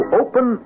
open